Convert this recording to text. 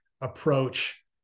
approach